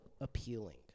appealing